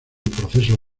proceso